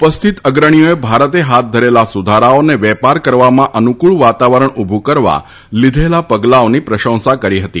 ઉપસ્થિત અગ્રણીઓએ ભારતે હાથ ધરેલા સુધારાઓ અને વેપાર કરવામાં અનુકૂળ વાતાવરણ ઉભુ કરવા લીધેલા પગલાઓની પ્રશંસા કરી હતી